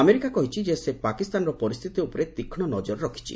America କହିଛି ସେ ପାକିସ୍ତାନର ପରିସ୍ଥିତି ଉପରେ ତୀକ୍ଷ୍ଣ ନଜର ରଖିଛି